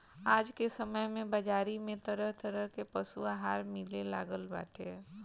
आज के समय में बाजारी में तरह तरह के पशु आहार मिले लागल बाटे